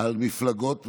על מפלגות ערביות,